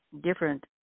different